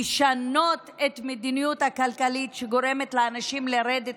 לשנות את מדיניות הכלכלית שגורמת לאנשים לרדת